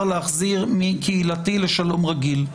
להחזיר מבית משפט קהילתי לבית משפט שלום רגיל.